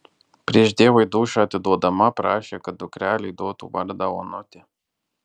prieš dievui dūšią atiduodama prašė kad dukrelei duotų vardą onutė